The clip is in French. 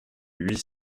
huit